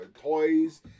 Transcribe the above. toys